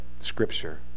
scripture